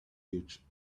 huge